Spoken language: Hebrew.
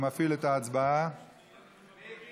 ההצעה להעביר